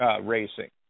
Racing